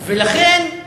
ולכן,